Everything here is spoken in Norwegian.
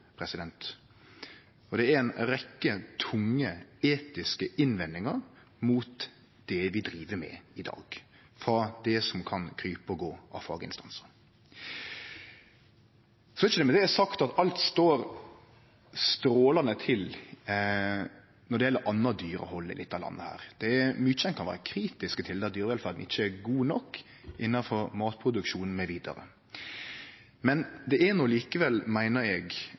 Det er ei rekkje tunge, etiske innvendingar mot det vi driv med i dag, frå det som kan krype og gå av faginstansar. Det er ikkje med det sagt at alt står strålande til når det gjeld anna dyrehald i dette landet. Det er mykje ein kan vere kritisk til, då dyrevelferda ikkje er god nok innanfor matproduksjon mv. Likevel meiner eg det er